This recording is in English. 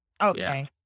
Okay